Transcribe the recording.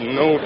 no